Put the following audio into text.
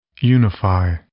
Unify